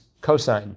Cosine